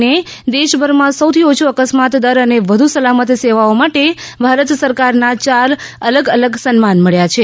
ને દેશભરમાં સૌથી ઓછો અકસ્માત દર અને વધુ સલામત સેવાઓ માટે ભારત સરકારના યાર અલગ અલગ સન્માન મળ્યા છે